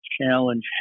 challenge